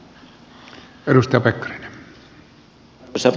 arvoisa puhemies